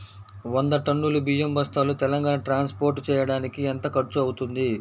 వంద టన్నులు బియ్యం బస్తాలు తెలంగాణ ట్రాస్పోర్ట్ చేయటానికి కి ఎంత ఖర్చు అవుతుంది?